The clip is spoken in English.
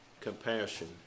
compassion